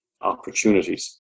opportunities